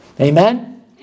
Amen